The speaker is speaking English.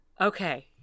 Okay